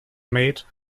made